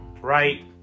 Right